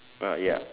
uh yup